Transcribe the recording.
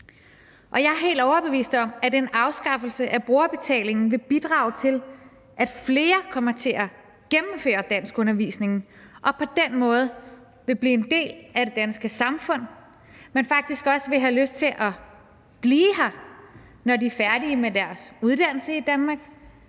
jeg er helt overbevist om, at en afskaffelse af brugerbetalingen vil bidrage til, at flere kommer til at gennemføre danskundervisningen og på den måde vil blive en del af det danske samfund, men at de faktisk også vil have lyst til at blive her, når de er færdige med deres uddannelse i Danmark